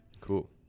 Cool